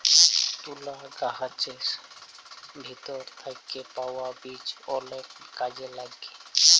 তুলা গাহাচের ভিতর থ্যাইকে পাউয়া বীজ অলেক কাজে ল্যাগে